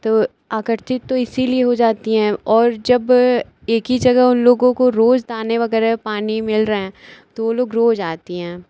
तो आकर्षित तो इसीलिए हो जाती हैं और जब एक ही जगह उन लोगों को रोज़ दाने वग़ैरह पानी मिल रहा है तो वे लोग रोज़ आती हैं